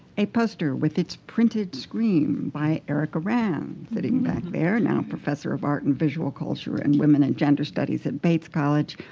a poster with it's printed screen by erica rand, sitting back there, now professor of art and visual culture and women and gender studies at bates college.